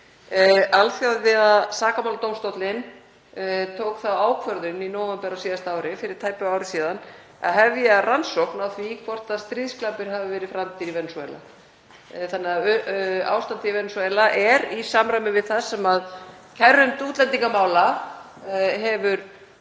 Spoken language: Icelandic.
Alþjóðlegi sakamáladómstóllinn tók þá ákvörðun í nóvember á síðasta ári, fyrir tæpu ári síðan, að hefja rannsókn á því hvort stríðsglæpir hafi verið framdir í Venesúela. Því er ástandið í Venesúela í samræmi við það sem kærunefnd útlendingamála hefur